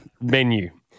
Menu